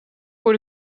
voor